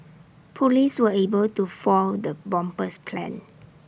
Police were able to foil the bomber's plans